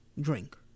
drink